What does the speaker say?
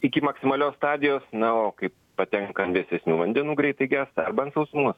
iki maksimalios stadijos na o kai patenka an vėsesnių vandenų greitai gęsta arba ant sausumos